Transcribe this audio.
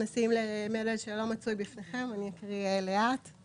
לאזור במרחק של בין 0 ל-40 קילומטרים מגדר המערכת המקיפה את רצועת עזה,